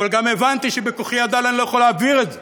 אבל גם הבנתי שבכוחי הדל אני לא יכול להעביר את זה,